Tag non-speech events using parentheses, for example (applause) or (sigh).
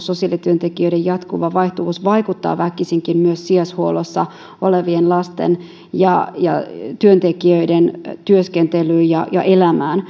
(unintelligible) sosiaalityöntekijöiden jatkuva vaihtuvuus vaikuttaa väkisinkin myös sijaishuollossa olevien lasten elämään ja työntekijöiden työskentelyyn